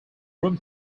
room